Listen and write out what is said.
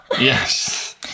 Yes